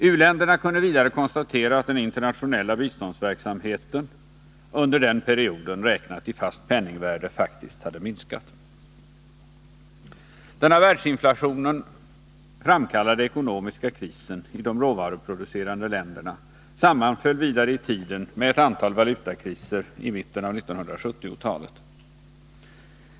U-länderna kunde vidare konstatera att den internationella biståndsverksamheten under den perioden, räknat i fast penningvärde, faktiskt hade minskat. Den av världsinflationen framkallade ekonomiska krisen i de råvaruproducerande länderna sammanföll vidare i tiden med ett antal valutakriser i mitten av 1970-talet.